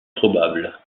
probable